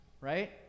right